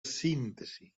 síntesi